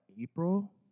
April